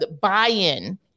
buy-in